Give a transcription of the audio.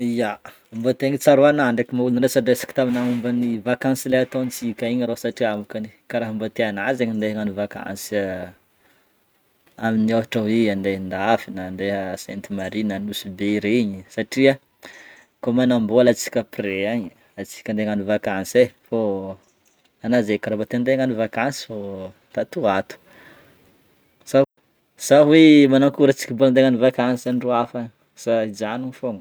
Ya, mbô tegna tsaroanah ndreky mô ny resadresaka taminah momban'ny vakansy le ataontsika igny rô satria mokany karaha mbô tianah zegny le agnano vankasy amin'ny ohatra hoe andeha andafy, na andeha à Sainte Marie na Nosy Be regny satria koa manambola antsika après agny antsika andeha agnano vakansy e fô anah zegny karaha mbô te andeha agnano vakansy fô tatoato sa sa hoe manakôry antsika mbô andeha agnano vakansy andro hafa agny sa hijanogno fogna?